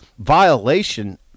violation